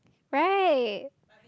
right